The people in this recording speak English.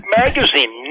magazine